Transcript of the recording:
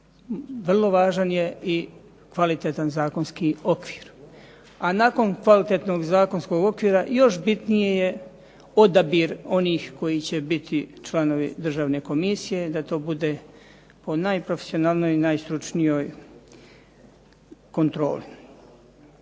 vrlo važan je i kvalitetan zakonski okvir. A nakon kvalitetnog zakonskog okvira, još bitniji je odabir onih koji će biti članovi državne komisije, da to bude po najprofesionalnijoj i najstručnijoj kontroli.